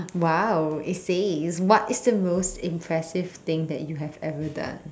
!wow! it says what is the most impressive thing that you have ever done